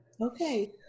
Okay